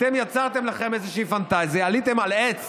אתם יצרתם לכם איזושהי פנטזיה, עליתם על עץ